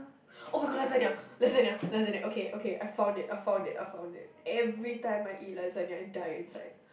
[oh]-my-god lasagne lasagne lasagne okay okay I found it I found it I found it every time I eat lasagne I die inside